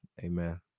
Amen